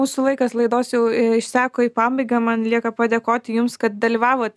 mūsų laikas laidos jau išseko į pabaigą man lieka padėkoti jums kad dalyvavote